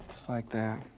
like that,